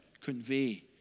convey